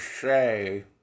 say